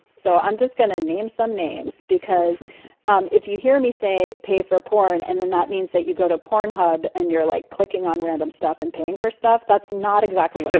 so i'm just going to name some names, because um if you hear me say pay for porn and then that means that you go to pornhub and you're like clicking on random stuff and paying for stuff. that's not exactly yeah